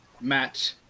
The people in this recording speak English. Matt